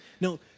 No